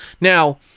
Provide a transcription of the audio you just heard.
Now